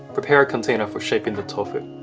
prepare a container for shaping the tofu.